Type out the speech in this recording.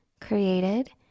created